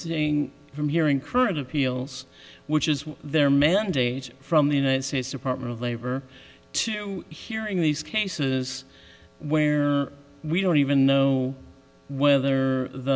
seeing from hearing current appeals which is their mandate from the united states department of labor to hearing these cases where we don't even know whether the